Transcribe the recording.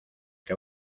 que